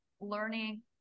learning